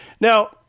Now